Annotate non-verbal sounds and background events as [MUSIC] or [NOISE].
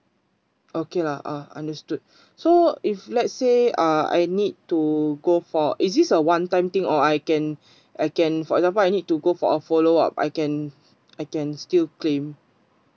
okay lah ah understood [BREATH] so if let's say uh I need to go for is this a one time thing or I can [BREATH] I can for example I need to go for a follow up I can I can still claim